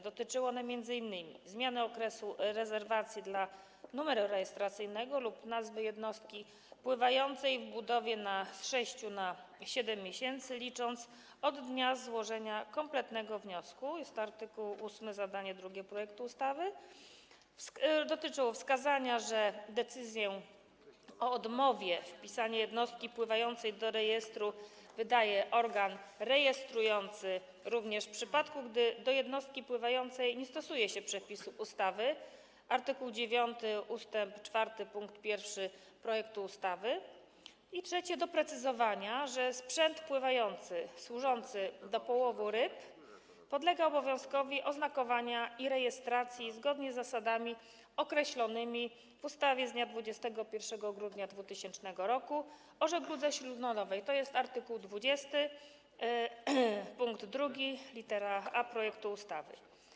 Dotyczą one m.in. zmiany okresu rezerwacji dla numeru rejestracyjnego lub nazwy jednostki pływającej w budowie z 6 na 7 miesięcy, licząc od dnia złożenia kompletnego wniosku - jest to art. 8 zdanie drugie projektu ustawy - dotyczą także wskazania, że decyzję o odmowie wpisania jednostki pływającej do rejestru wydaje organ rejestrujący, również w przypadku gdy do jednostki pływającej nie stosuje się przepisów ustawy - art. 9 ust. 4 pkt 1 projektu ustawy - po trzecie, dotyczą doprecyzowania, że sprzęt pływający służący do połowu ryb podlega obowiązkowi oznakowania i rejestracji zgodnie z zasadami określonymi w ustawie z dnia 21 grudnia 2000 r. o żegludze śródlądowej - to jest art. 20 pkt 2 lit. a projektu ustawy.